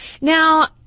Now